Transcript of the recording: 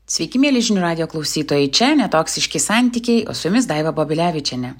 sveiki mieli žinių radijo klausytojai čia netoksiški santykiai su jumis daiva babilevičienė